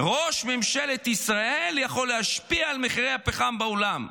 ראש ממשלת ישראל יכול להשפיע על מחירי הפחם בעולם?